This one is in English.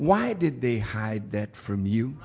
why did they hide that from you